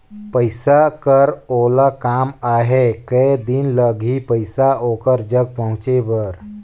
पइसा कर ओला काम आहे कये दिन लगही पइसा ओकर जग पहुंचे बर?